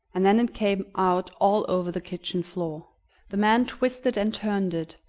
and then it came out all over the kitchen-floor. the man twisted and turned it,